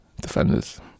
defenders